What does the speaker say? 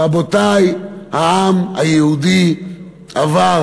רבותי, העם היהודי עבר